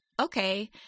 okay